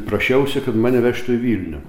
prašiausi kad mane vežtų į vilnių